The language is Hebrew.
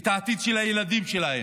את העתיד של הילדים שלהם,